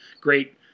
great